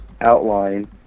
outline